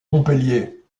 montpellier